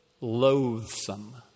loathsome